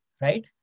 right